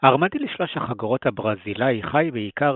ארמדיל שלוש-החגורות הברזילאי חי בעיקר